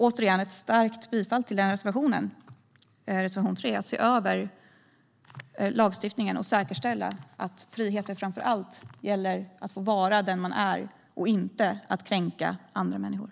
Återigen: Jag yrkar starkt bifall till reservation 3 om att se över lagstiftningen och säkerställa att friheten framför allt gäller att få vara den man är, inte att kränka andra människor.